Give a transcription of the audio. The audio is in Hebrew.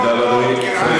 תודה רבה, אדוני.